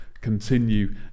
Continue